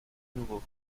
nouveau